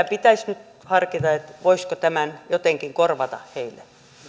pitäisi nyt harkita voisiko tämän jotenkin korvata heille